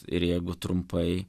ir jeigu trumpai